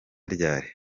ryari